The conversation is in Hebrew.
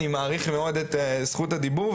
אני מעריך את זכות הדיבור.